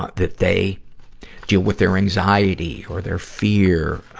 that they deal with their anxiety or their fear.